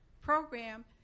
program